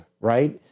right